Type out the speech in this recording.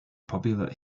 popular